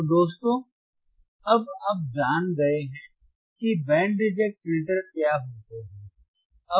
तो दोस्तों अब आप जान गए हैं कि बैंड रिजेक्ट फिल्टर क्या होते हैं